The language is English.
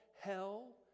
hell